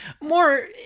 more